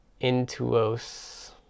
Intuos